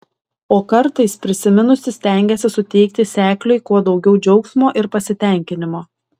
o kartais prisiminusi stengiasi suteikti sekliui kuo daugiau džiaugsmo ir pasitenkinimo